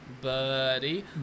buddy